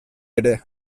ere